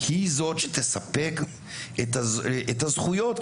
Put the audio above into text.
היא זאת שתספק את הזכויות האלו.